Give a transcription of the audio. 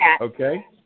Okay